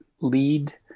lead